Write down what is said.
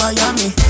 Miami